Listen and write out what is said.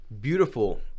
beautiful